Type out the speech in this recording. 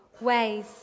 ways